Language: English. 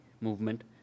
movement